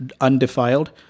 undefiled